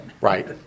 Right